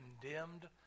condemned